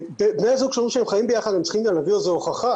בני זוג שאומרים שהם חיים ביחד הם צריכים גם להביא איזה הוכחה,